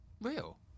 real